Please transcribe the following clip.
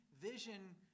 vision